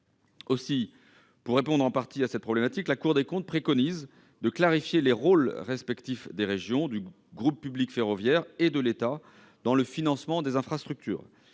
LOM. Pour répondre en partie à cette problématique, la Cour des comptes préconise de clarifier les rôles respectifs des régions, du groupe public ferroviaire et de l'État dans le financement des infrastructures.